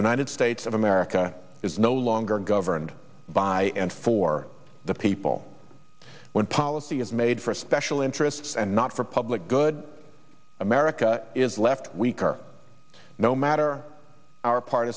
united states of america is no longer governed by and for the people when policy is made for special interests and not for public good america is left weaker no matter our part